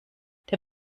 der